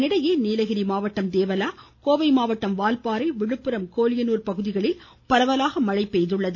இதனிடையே நீலகிரி மாவட்டம் தேவெளா கோவை மாவட்டம் வால்பாறை விழுப்புரம் கோலியனூர் பகுதிகளில் பரவலாக மழை பெய்துள்ளது